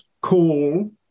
call